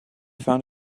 found